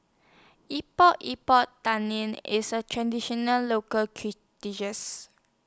Epok Epok Tan Lian IS A Traditional Local dishes